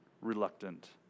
reluctant